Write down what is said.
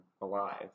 alive